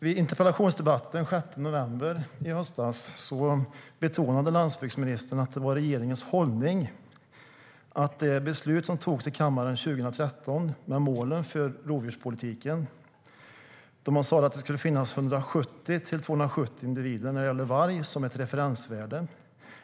I en interpellationsdebatt den 6 november i höstas betonade landsbygdsministern att regeringens hållning bygger på det beslut om målen för rovdjurspolitiken som togs i kammaren 2013, då man sa att det som ett referensvärde när det gäller varg skulle finnas 170-270 individer.